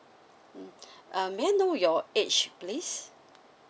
mm um may I know your age please